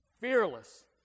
fearless